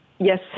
Yes